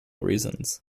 reasons